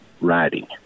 writing